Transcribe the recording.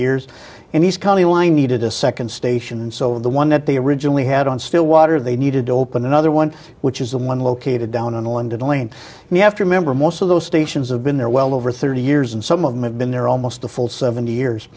years and he's come the line needed a second station and so the one that they originally had on stillwater they needed to open another one which is the one located down on the end of the lane and you have to remember most of those stations have been there well over thirty years and some of them have been there almost a full seventy years